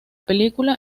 película